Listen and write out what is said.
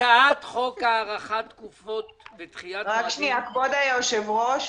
הצעת חוק הארכת תקופות ודחיית מועדים --- כבוד היושב-ראש,